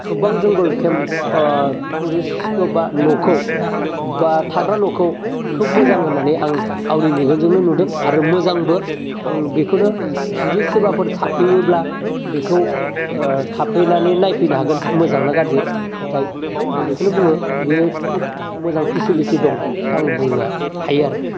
थुबगां जंगल camp tourist गोबा न'खौ बा थाग्रा न'खौ खोब मोजां होन्नानै आं आंनि मेगनजोंनो नुदों आरो मोजांबो आं बेखौनो जुदि सोरबाफोर थाफैनोब्ला बेखौ ओह थाफैनानै नायफैनो हागोन मोजांना गाज्रि नाथाय आं बेखौनो बुङो बे खोब मोजां पेसेलिटि दं बेखौ आं बुंनो हायो आरो